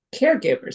caregivers